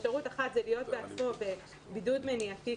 אפשרות אחת היא להיות בעצמו בבידוד מניעתי.